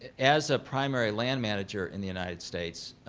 as a primary land manager in the united states,